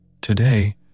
Today